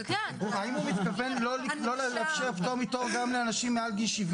האם הוא מתכוון לא לאפשר פטור מתור גם לאנשים מעל גיל 70?